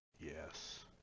Yes